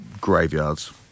graveyards